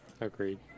agreed